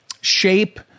shape